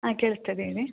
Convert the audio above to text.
ಹಾಂ ಕೇಳಿಸ್ತಾ ಇದೆ ಹೇಳಿ